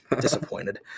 Disappointed